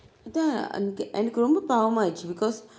அதான் எனக்கு ரொம்ப பாவமாயிருந்தது:athaan ennaku romaba pavammairunthathu because